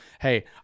hey